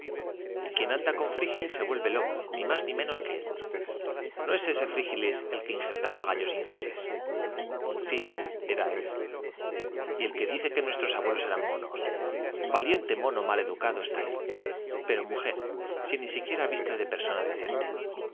y quien anda con frígilis se vuelve loco ni más ni menos que él no es ese frígilis el que injertaba gallos ingleses sí sí él era y el que dice que nuestros abuelos eran monos valiente mono mal educado está él pero mujer si ni siquiera viste de persona decente